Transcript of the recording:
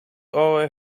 over